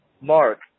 Mark